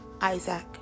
Isaac